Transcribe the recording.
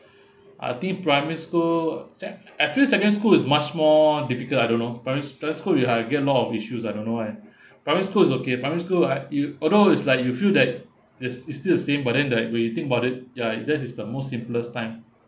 I think primary school s~ I feel secondary school is much more difficult I don't know very stressful and I get a lot of issues I don't know why primary school is okay primary school right you although it's like you feel that it's it's still the same but then like we think about it ya that is the most simplest time